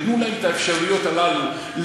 את האפשרויות הללו,